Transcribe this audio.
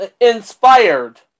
inspired